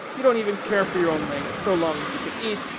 you don't even care for your own legs so long as you can eat,